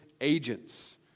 agents